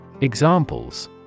Examples